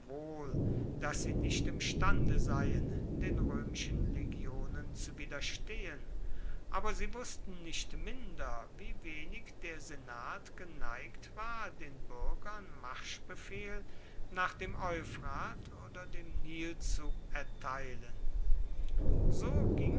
daß sie nicht imstande seien den römischen legionen zu widerstehen aber sie wußten nicht minder wie wenig der senat geneigt war den bürgern marschbefehl nach dem euphrat oder dem nil zu erteilen so ging